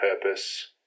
purpose